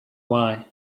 why